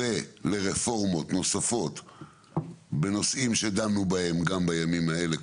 ולרפורמות נוספות בנושאים שדנו בהם גם בימים האלה,